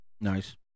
Nice